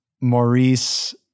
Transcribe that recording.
Maurice